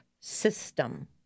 system